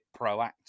proactive